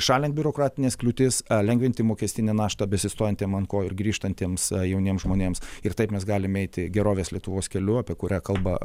šalint biurokratines kliūtis a lengvinti mokestinę naštą besistojantiem ant kojų ir grįžtantiems jauniems žmonėms ir taip mes galim eiti gerovės lietuvos kelių apie kurią kalba